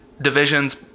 divisions